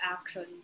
action